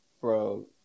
bro